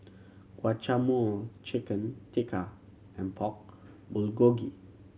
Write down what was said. Guacamole Chicken Tikka and Pork Bulgogi